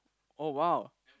oh !wow!